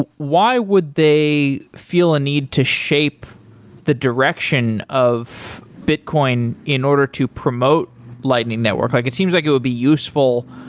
why would they feel a need to shape the direction of bitcoin in order to promote lightning network? like it seems like it would be useful,